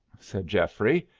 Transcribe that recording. said geoffrey,